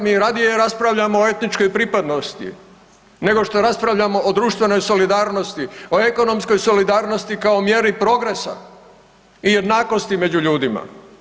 Mi radije raspravljamo o etničkoj pripadnosti nego što raspravljamo o društvenoj solidarnosti o ekonomskoj solidarnosti kao mjeri progresa i jednakosti među ljudima.